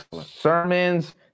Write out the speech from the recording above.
sermons